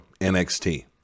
NXT